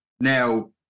Now